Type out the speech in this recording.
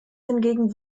hingegen